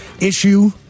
issue